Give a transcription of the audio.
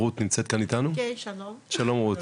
שלום רות.